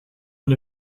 and